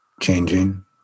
changing